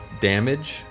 damage